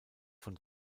von